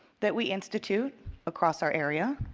that we institute across our area.